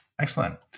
Excellent